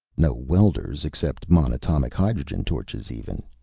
no welders except monatomic hydrogen torches, even.